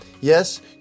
Yes